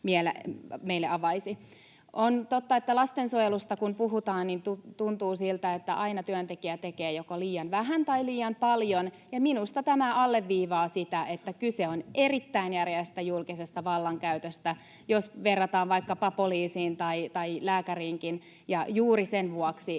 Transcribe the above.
On totta, että lastensuojelusta kun puhutaan, tuntuu siltä, että aina työntekijä tekee joko liian vähän tai liian paljon. Minusta tämä alleviivaa sitä, että kyse on erittäin järeästä julkisesta vallankäytöstä, jos verrataan vaikkapa poliisiin tai lääkäriinkin, ja juuri sen vuoksi